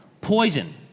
Poison